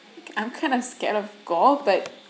I'm kind of scared of goth but